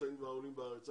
שנמצאים והעולים לארץ.